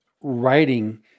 writing